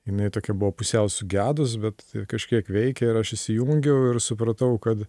jinai tokia buvo pusiau sugedus bet kažkiek veikė ir aš įsijungiau ir supratau kad